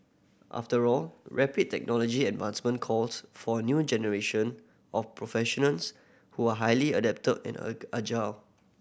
after all rapid technology advancement calls for a new generation of professionals who are highly adaptable and agile